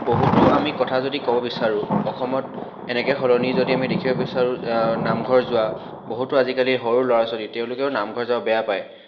বহুতো আমি কথা যদি ক'ব বিচাৰো অসমত এনেকৈ সলনি যদি আমি দেখিব বিচাৰো নামঘৰ যোৱা বহুতো আজিকালি সৰু ল'ৰা ছোৱালী তেওঁলোকেও নামঘৰ যাব বেয়া পায়